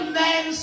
men